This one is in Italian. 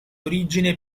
origine